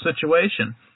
situation